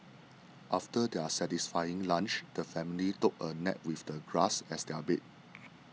after their satisfying lunch the family took a nap with the grass as their bed